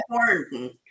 important